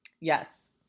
Yes